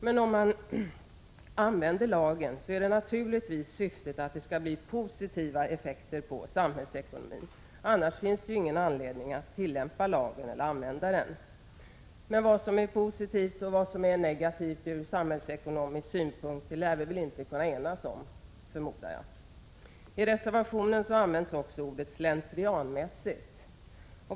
Men om lagen används så är syftet naturligtvis att det skall bli positiva effekter på samhällsekonomin, annars finns det ingen anledning att tillämpa lagen. Vad som är positivt och vad som är negativt ur samhällsekonomisk synpunkt lär vi väl inte kunna enas om förmodar jag. I reservationen används ordet ”slentrianmässigt”.